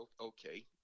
Okay